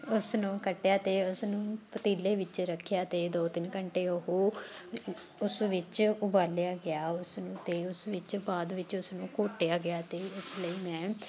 ਉਸ ਨੂੰ ਕੱਟਿਆ ਅਤੇ ਉਸ ਨੂੰ ਪਤੀਲੇ ਵਿੱਚ ਰੱਖਿਆ ਅਤੇ ਦੋ ਤਿੰਨ ਘੰਟੇ ਉਹ ਉਸ ਵਿੱਚ ਉਬਾਲਿਆ ਗਿਆ ਉਸ ਨੂੰ ਅਤੇ ਉਸ ਵਿੱਚ ਬਾਅਦ ਵਿੱਚ ਉਸਨੂੰ ਘੋਟਿਆ ਗਿਆ ਅਤੇ ਉਸ ਲਈ ਮੈਂ